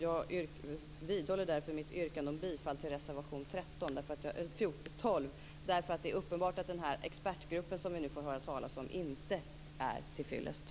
Jag vidhåller därför mitt yrkande om bifall till reservation 12. Det är uppenbart att den expertgrupp som vi nu får höra talas om inte är tillfyllest.